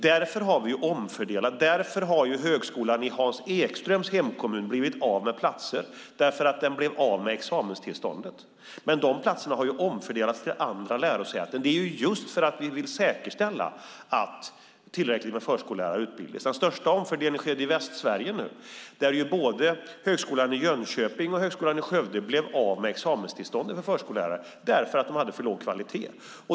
Därför har vi omfördelat. Högskolan i Hans Ekströms hemkommun har blivit av med platser därför att den blev av med examenstillståndet, men de platserna har omfördelats till andra lärosäten. Det är just för att vi vill säkerställa att tillräckligt med förskollärare utbildas. Den största omfördelningen skedde i Västsverige, där både högskolan i Jönköping och högskolan i Skövde blev av med examenstillståndet för förskollärare därför att de hade för låg kvalitet.